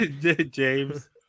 James